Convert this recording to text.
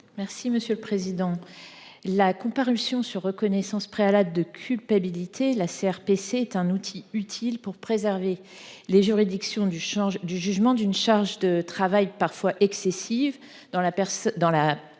Mme Isabelle Florennes. La comparution sur reconnaissance préalable de culpabilité (CRPC) est un outil utile pour préserver les juridictions de jugement d’une charge de travail parfois excessive. Elle permet